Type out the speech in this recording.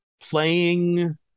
playing